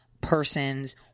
persons